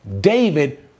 David